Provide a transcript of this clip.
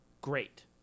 great